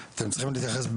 שעלו,